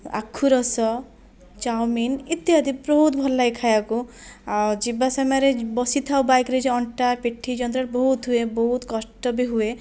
ଆଖୁ ରସ ଚାଓମିନ୍ ଇତ୍ୟାଦି ବହୁତ ଭଲ ଲାଗେ ଖାଇଆକୁ ଆଉ ଯିବା ସମୟରେ ବସିଥାଉ ବାଇକ୍ରେ ଯେଉଁ ଅଣ୍ଟା ପିଠି ଯନ୍ତ୍ରଣା ବହୁତ ହୁଏ ବହୁତ କଷ୍ଟ ବି ହୁଏ